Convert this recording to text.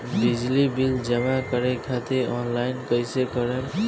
बिजली बिल जमा करे खातिर आनलाइन कइसे करम?